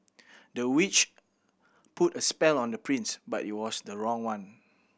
the witch put a spell on the prince but it was the wrong one